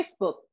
Facebook